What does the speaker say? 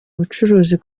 ubucuruzi